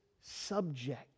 subject